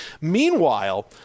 Meanwhile